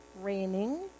raining